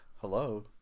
Hello